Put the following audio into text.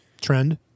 trend